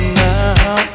now